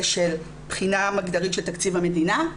של בחינה מגדרית של תקציב המדינה.